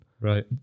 right